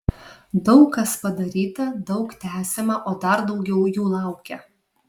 daug kas padaryta daug tęsiama o dar daugiau jų laukia